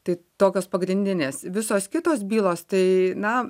tai tokios pagrindinės visos kitos bylos tai na